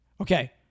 okay